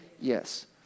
Yes